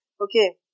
okay